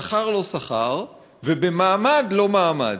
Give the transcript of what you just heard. בשכר לא שכר ובמעמד לא מעמד.